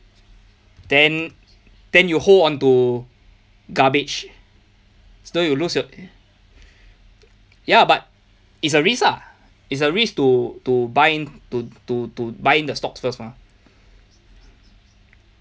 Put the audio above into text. then then you hold onto garbage so you'll lose your ya but it's a risk lah is a risk to to buy to to to buy in the stocks first mah